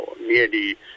nearly